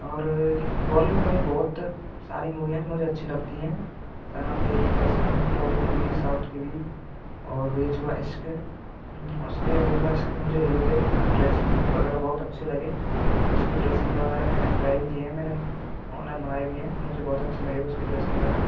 और बॉलीवुड में बहुत सारी मूवियाँ हैं जो मुझे अच्छी लगती हैं सनम तेरी कसम टॉलीवुड की भी साउथ की भी और बेजुबां इश्क उसके बेजुबां इश्क के मुझे हीरो के ड्रेसिंग वगैरह बहुत अच्छे लगे उसकी ड्रेसिंग वगैरह मैंने ट्राई भी की हैं मैंने ऑनलाइन मंगाई भी हैं मुझे बहुत अच्छे लगे उसके ड्रेसिंग वगैरह